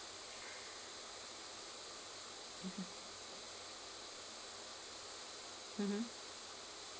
mmhmm